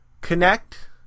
connect